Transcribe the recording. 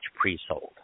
pre-sold